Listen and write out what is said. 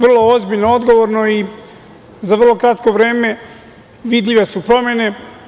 Vrlo ozbiljno, odgovorno i za vrlo kratko vreme vidljive su promene.